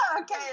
Okay